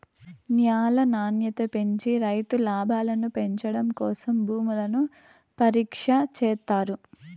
న్యాల నాణ్యత పెంచి రైతు లాభాలను పెంచడం కోసం భూములను పరీక్ష చేత్తారు